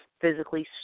physically